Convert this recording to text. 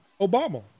Obama